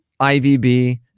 IVB